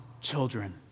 children